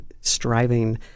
striving